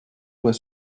doit